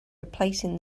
replacing